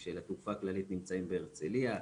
של התעופה הכללית, נמצאים בהרצליה.